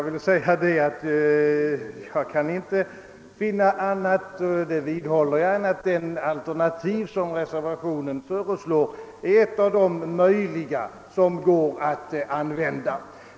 Herr talman! Jag har inte sagt annat — och det vidhåller jag — än att det alternativ som föreslås i reservationen är ett av dem som går att använda.